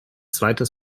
zweites